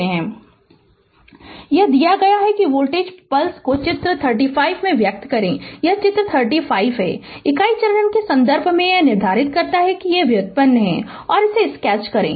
Refer Slide Time 1741 यह दिया गया है कि वोल्टेज पल्स को चित्र 35 में व्यक्त करें यह चित्र 35 है इकाई चरण के संदर्भ में यह निर्धारित करता है कि यह व्युत्पन्न है और इसे स्केच करें